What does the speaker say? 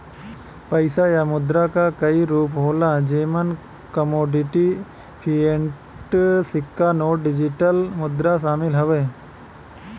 पइसा या मुद्रा क कई रूप होला जेमन कमोडिटी, फ़िएट, सिक्का नोट, डिजिटल मुद्रा शामिल हउवे